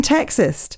Texas